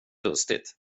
lustigt